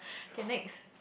okay next